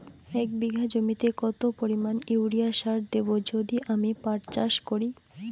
এক বিঘা জমিতে কত পরিমান ইউরিয়া সার দেব যদি আমি পাট চাষ করি?